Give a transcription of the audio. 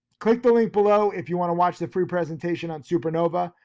click the link below if you wanna watch the free presentation on supernova,